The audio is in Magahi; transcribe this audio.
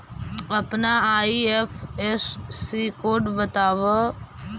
अपना आई.एफ.एस.सी कोड बतावअ